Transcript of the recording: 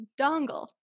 dongle